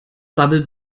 sabbelt